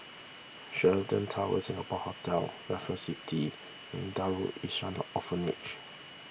Sheraton Towers Singapore Hotel Raffles City and Darul Ihsan Orphanage